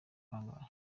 kangahe